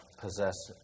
possess